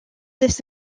this